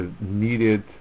needed